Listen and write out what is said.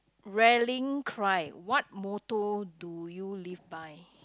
rallying cry what motto do you live by